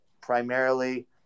primarily